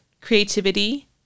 creativity